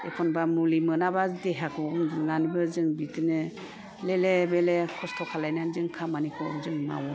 एखनबा मुलि मोनाबा देहाखौ उन्दुनानैबो जों बिदिनो लेले बेले खस्थ' खालायनानै जों खामानिखौ जों मावो